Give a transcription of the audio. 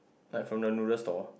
like from the noodle store